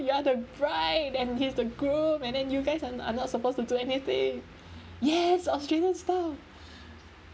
you are the bride and he's the groom and then you guys are n~ are not supposed to do anything yes australian style